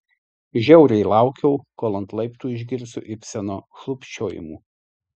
žiauriai laukiau kol ant laiptų išgirsiu ibseno šlubčiojimų